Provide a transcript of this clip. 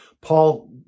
Paul